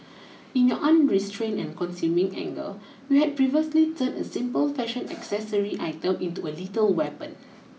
in your unrestrained and consuming anger you had perversely turned a simple fashion accessory item into a lethal weapon